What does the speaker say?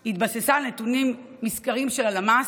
היא התבססה על נתונים מסקרים של הלמ"ס,